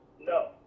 No